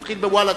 התחיל בוולג'ה,